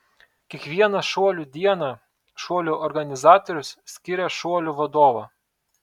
kiekvieną šuolių dieną šuolių organizatorius skiria šuolių vadovą